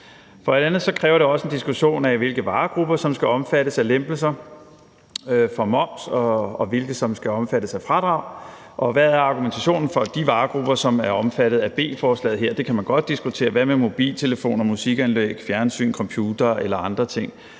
For det andet kræver det også en diskussion af, hvilke varegrupper der skal omfattes af lempelser for moms, og hvilke der skal omfattes af fradrag, og hvad der er argumentationen for, at det er de varegrupper, som er omfattet af det her beslutningsforslag, kan man godt diskutere, for hvad med mobiltelefoner, musikanlæg, fjernsyn, computere eller andre ting,